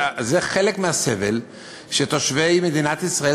זה חלק מהסבל שתושבי מדינת ישראל